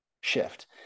shift